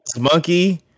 Monkey